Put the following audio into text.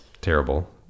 terrible